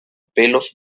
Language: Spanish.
pelos